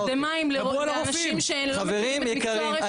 חברים יקרים,